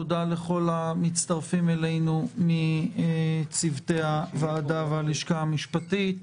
תודה לכל המצטרפים אלינו מצוותי הוועדה והלשכה המשפטית,